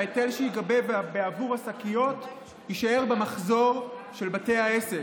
ההיטל שייגבה בעבור השקיות יישאר במחזור של בתי העסק.